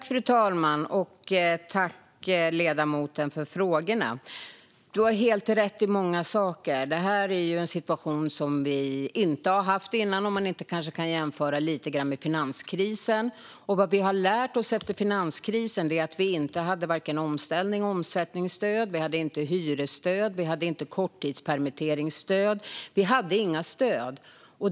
Fru talman! Tack, ledamoten, för frågorna! Lars Hjälmered har helt rätt på många punkter. Detta är ju en situation som vi inte har haft innan, även om man kanske kan jämföra lite grann med finanskrisen, som vi har kunnat lära oss en del av. Under finanskrisen hade vi inte vare sig omställnings eller omsättningsstöd. Vi hade inte hyresstöd. Vi hade inte korttidspermitteringsstöd. Vi hade inga stöd.